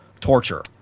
torture